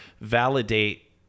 validate